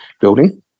building